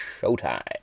Showtime